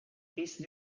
peace